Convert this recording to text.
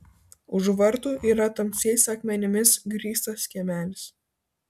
už vartų yra tamsiais akmenimis grįstas kiemelis